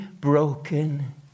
broken